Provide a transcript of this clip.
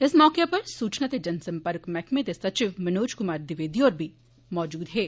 इस मौके उप्पर सुचना ते जन सम्पर्क मैहकमें दे सचिव मनोज कुमार दिवेदी होर बी मौजूद हे